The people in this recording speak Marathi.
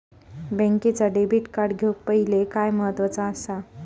बँकेचा डेबिट कार्ड घेउक पाहिले काय महत्वाचा असा?